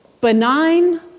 benign